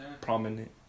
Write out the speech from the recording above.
Prominent